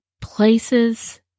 places